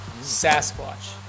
Sasquatch